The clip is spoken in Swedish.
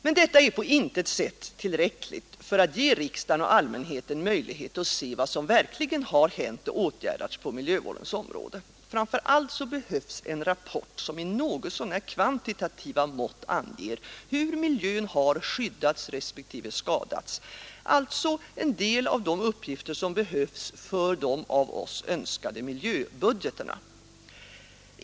Detta är emellertid på intet sätt tillräckligt för att ge riksdagen och allmänheten möjlighet att se vad som verkligen har hänt och åtgärdats på miljövårdens område. Framför allt behövs en rapport som i något så när kvantitativa mått anger hur iljön har skyddats respektive skadats, alltså en del av de uppgifter som behövs för de av oss önskade miljöbudgeterna.